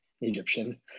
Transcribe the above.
Egyptian